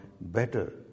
better